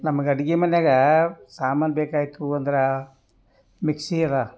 ನಮ್ಗೆ ಅಡ್ಗೆ ಮನೆಯಾಗ ಸಾಮಾನು ಬೇಕಾಯಿತು ಅಂದ್ರೆ ಮಿಕ್ಸಿ ಅದ